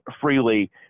freely